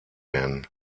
werden